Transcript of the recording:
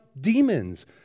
demons